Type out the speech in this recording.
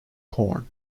corn